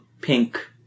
pink